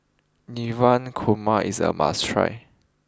Navratan Korma is a must try